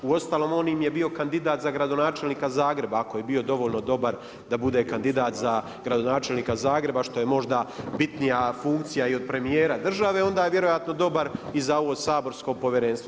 Uostalom on im je bio kandidat za gradonačelnika Zagreba ako je bio dovoljno dobar da bude kandidat za gradonačelnika Zagreba što je možda bitnija funkcija i od premijera države, onda je vjerojatno dobar i za ovo saborsko povjerenstvo.